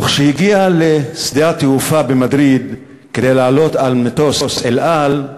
וכשהגיע לשדה התעופה במדריד כדי לעלות על מטוס "אל על",